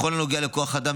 בכל הנוגע לכוח אדם,